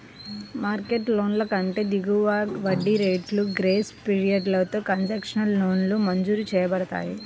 market లోన్ల కంటే దిగువ వడ్డీ రేట్లు, గ్రేస్ పీరియడ్లతో కన్సెషనల్ లోన్లు మంజూరు చేయబడతాయి